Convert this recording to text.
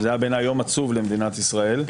שזה היה בעיניי יום עצוב למדינת ישראל,